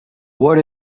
what